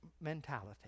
mentality